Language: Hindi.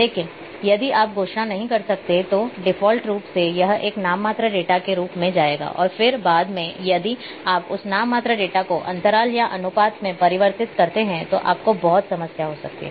लेकिन यदि आप घोषणा नहीं करते हैं तो डिफ़ॉल्ट रूप से यह एक नाममात्र डेटा के रूप में ले जाएगा और फिर बाद में यदि आप उस नाममात्र डेटा को अंतराल या अनुपात में परिवर्तित करते हैं तो आपको बहुत समस्या हो सकती है